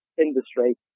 industry